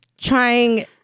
trying